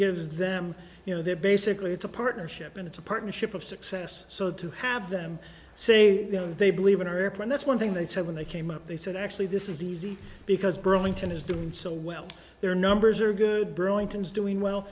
them you know they're basically it's a partnership and it's a partnership of success so to have them say they believe in her plan that's one thing they said when they came up they said actually this is is easy because burlington is doing so well their numbers are good burlington is doing well